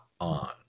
on